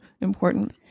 important